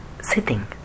sitting